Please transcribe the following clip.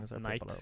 Night